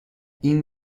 این